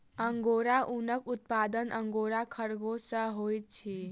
angora ऊनक उत्पादन angora खरगोश सॅ होइत अछि